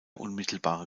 unmittelbare